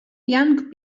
young